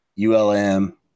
ULM